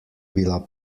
bila